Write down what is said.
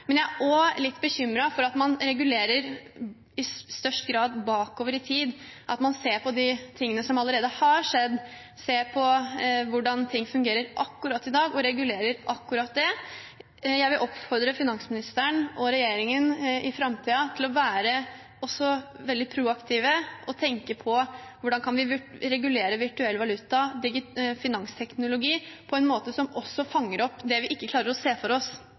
men jeg er også litt bekymret for at man i størst grad regulerer bakover i tid, at man ser på de tingene som allerede har skjedd, ser på hvordan ting fungerer akkurat i dag, og regulerer akkurat det. Jeg vil oppfordre finansministeren og regjeringen til i framtiden også å være veldig proaktive og tenke på: Hvordan kan vi regulere virtuell valuta, finansteknologi, på en måte som også fanger opp det vi ikke klarer å se for oss?